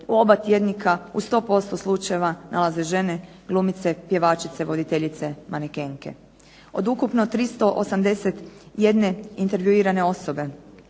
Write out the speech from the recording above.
u oba tjednika u 100% slučajeva nalaze žene, glumice, pjevačice, voditeljice, manekenke. Od ukupno 381 intervjuirane osobe,